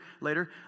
Later